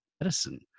medicine